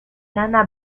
lana